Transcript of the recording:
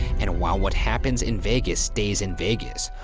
and while what happens in vegas stays in vegas,